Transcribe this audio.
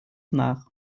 nach